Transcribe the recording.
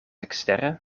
ekstere